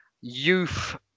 youth